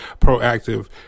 proactive